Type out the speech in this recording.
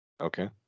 Okay